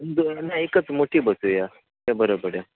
दोन नाही एकच मोठी बसवूया ते बरं पडेल